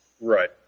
Right